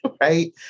right